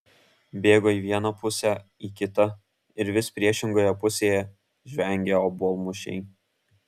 bėgo į vieną pusę į kitą ir vis priešingoje pusėje žvengė obuolmušiai